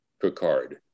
Picard